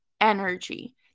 energy